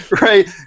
Right